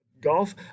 golf